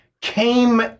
came